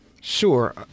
Sure